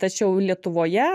tačiau lietuvoje